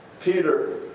Peter